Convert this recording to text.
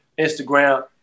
Instagram